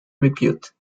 repute